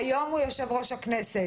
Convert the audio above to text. שהיום הוא יושב ראש הכנסת?